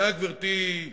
גברתי,